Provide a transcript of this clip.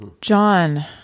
John